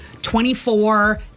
24